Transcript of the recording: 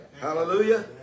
Hallelujah